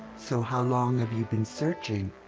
so how long have you been searching?